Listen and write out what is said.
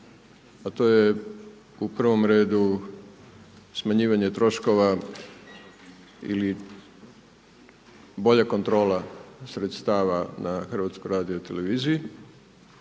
a to je u prvom redu smanjivanje troškova ili bolja kontrola sredstava na HRT-u što je trajniji